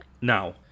Now